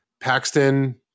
paxton